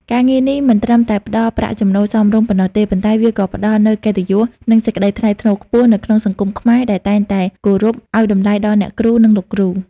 ការងារនេះមិនត្រឹមតែផ្តល់ប្រាក់ចំណូលសមរម្យប៉ុណ្ណោះទេ ប៉ុន្តែវាក៏ផ្តល់នូវកិត្តិយស និងសេចក្តីថ្លៃថ្នូរខ្ពស់នៅក្នុងសង្គមខ្មែរដែលតែងតែគោរពឱ្យតម្លៃដល់អ្នកគ្រូ និងលោកគ្រូ។